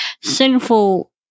sinful